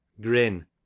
grin